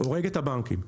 הורג את הבנקים.